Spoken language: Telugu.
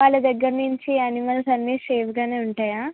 వాళ్ళ దగ్గర నుంచి యానిమల్స్ అన్నీ సేఫ్గానే ఉంటాయా